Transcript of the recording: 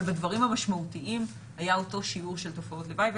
אבל בדברים המשמעותיים היה אותו שיעור של תופעות לוואי.